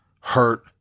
hurt